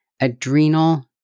adrenal